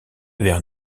vers